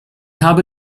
habe